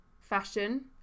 fashion